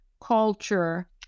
culture